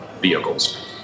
vehicles